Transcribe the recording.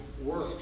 works